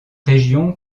région